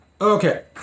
Okay